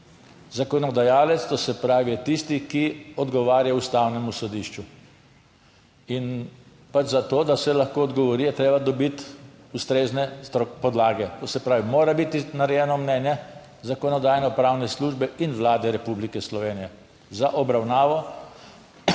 Zakonodajalec, to se pravi, je tisti, ki odgovarja Ustavnemu sodišču. In pač za to, da se lahko odgovori, je treba dobiti ustrezne podlage. To se pravi, mora biti narejeno mnenje Zakonodajno-pravne službe in Vlade Republike Slovenije za obravnavo